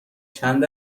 چند